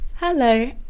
Hello